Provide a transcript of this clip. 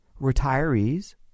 Retirees